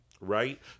right